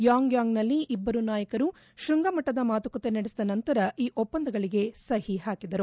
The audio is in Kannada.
ಯಾಂಗ್ ಯಾಂಗ್ನಲ್ಲಿ ಇಬ್ಲರು ನಾಯಕರು ಶ್ವಂಗಮಟ್ಲದ ಮಾತುಕತೆ ನಡೆಸಿದ ನಂತರ ಒಪ್ಪಂದಗಳಗೆ ಸಹಿ ಹಾಕಿದರು